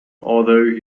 although